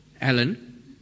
Alan